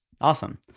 Awesome